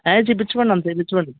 చూపిచ్చుకోండి అంతా చూపిచ్చుకోండి